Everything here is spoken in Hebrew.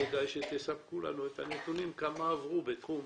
כדאי שתספקו לנו את הנתונים כמה עברו בתחום,